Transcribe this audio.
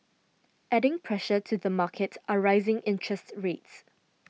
adding pressure to the market are rising interest rates